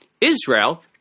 Israel